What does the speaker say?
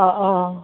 অঁ অঁ